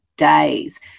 days